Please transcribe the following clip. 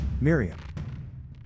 Miriam